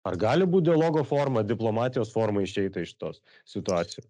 ar gali būt dialogo forma diplomatijos forma išeita iš tos situaci